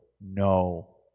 no